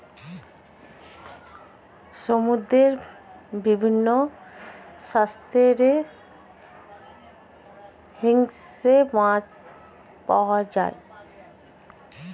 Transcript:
সমুদ্রের বিভিন্ন স্তরে হিংস্র মাছ পাওয়া যায়